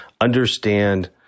understand